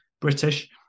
British